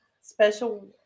special